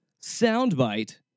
soundbite